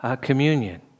communion